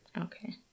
Okay